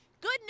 good